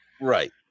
Right